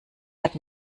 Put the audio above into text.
hat